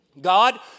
God